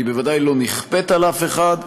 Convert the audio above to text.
היא בוודאי לא נכפית על אף אחד,